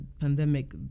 pandemic